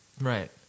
Right